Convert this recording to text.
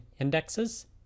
indexes